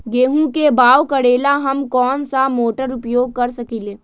गेंहू के बाओ करेला हम कौन सा मोटर उपयोग कर सकींले?